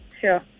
sure